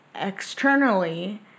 externally